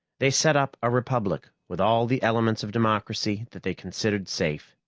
they set up a republic with all the elements of democracy that they considered safe.